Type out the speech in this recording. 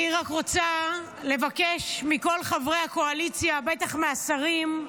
אני רק רוצה לבקש מכל חברי הקואליציה, בטח מהשרים,